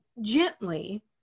gently